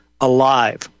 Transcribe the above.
alive